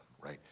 right